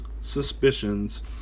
suspicions